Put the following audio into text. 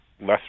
less